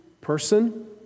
person